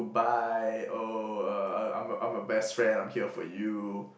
bye oh uh um I'm your I'm your best friend I'm here for you